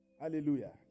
Hallelujah